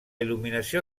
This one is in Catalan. il·luminació